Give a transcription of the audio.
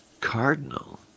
Cardinal